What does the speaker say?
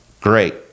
Great